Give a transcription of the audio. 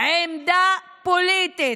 עמדה פוליטית?